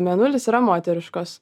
mėnulis yra moteriškos